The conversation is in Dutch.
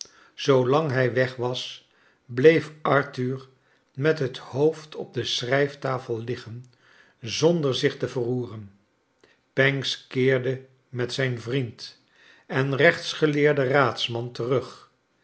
lang hij weg was bleef arthur met het hoofd op de schrijftafel liggen zonder zich te verroeren pancks keerde met zijn vriend en rechtsgeleerden raadsman terug